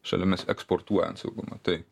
šalimis eksportuojant saugumą tai